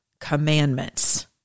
commandments